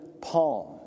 palm